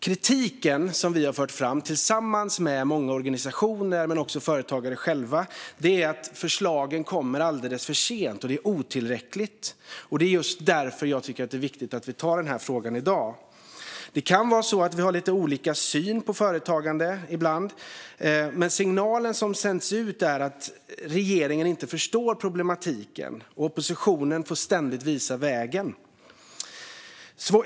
Kritiken som vi har fört fram tillsammans med många organisationer men också företagare själva är att förslagen kommer alldeles för sent och att det är otillräckligt. Just därför tycker jag att det är viktigt att vi tar upp den här frågan i dag. Det kan vara på det sättet att vi ibland har lite olika syn på företagande. Men signalen som sänds ut är att regeringen inte förstår problematiken. Oppositionen får ständigt visa vägen.